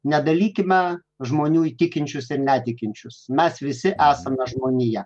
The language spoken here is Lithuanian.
nedalykime žmonių į tikinčius ir netikinčius mes visi esame žmonija